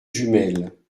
jumelles